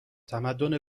تمدن